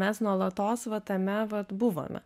mes nuolatos va tame vat buvome